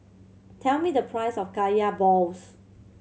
tell me the price of Kaya balls